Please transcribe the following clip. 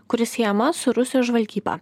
kuri siejama su rusijos žvalgyba